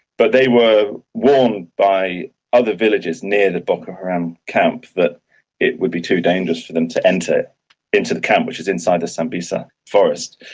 but they were warned by other villagers near the boko haram camp that it would be too dangerous for them to enter into the camp, which is inside the sambisa forest,